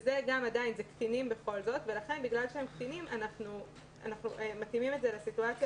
שזה קטינים בכל זאת ולכן אנחנו מתאימים את זה לסיטואציה